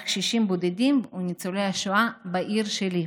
קשישים בודדים וניצולי השואה בעיר שלי,